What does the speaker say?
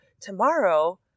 tomorrow